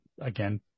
Again